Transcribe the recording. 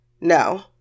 no